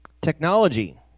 Technology